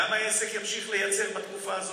גם העסק ימשיך לייצר בתקופה הזאת,